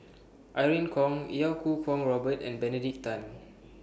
Irene Khong Iau Kuo Kwong Robert and Benedict Tan